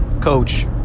coach